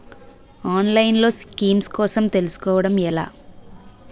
ఆన్లైన్లో స్కీమ్స్ కోసం తెలుసుకోవడం ఎలా?